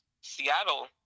Seattle